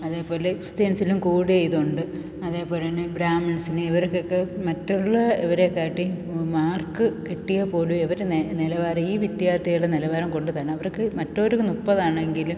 അതെപോലെ ക്രിസ്ത്യൻസിനും കൂടിയ ഇതുണ്ട് അതെപോലെ തന്നെ ബ്രാഹ്മിൻസിന് ഇവർകൊക്കെ മറ്റുള്ള ഇവരെക്കാട്ടിയും മാർക്ക് കിട്ടിയാൽ പോലും ഇവർ നിലവാരം ഈ വിദ്യാർത്ഥിയുടെ നിലവാരം കൊണ്ട് തേണം അവർക്ക് മറ്റവർക്ക് മുപ്പത് ആണെങ്കിലും